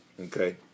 Okay